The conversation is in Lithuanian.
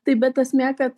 taip bet esmė kad